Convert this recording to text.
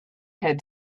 had